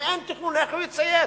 אם אין תכנון, איך הוא יציית?